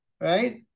Right